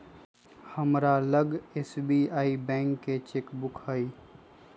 हमरा लग SBI bank के चेक बुक हइ